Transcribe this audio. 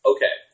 Okay